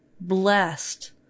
blessed